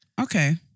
Okay